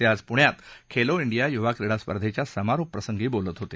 ते आज पुण्यात खेलो इंडिया युवा क्रीडा स्पर्धेच्या समारोप प्रसंगी बोलत होते